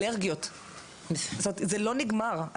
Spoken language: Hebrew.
אלרגיות וזה לא נגמר.